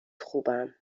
خوبم